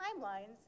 timelines